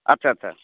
ଆଚ୍ଛା ଆଚ୍ଛା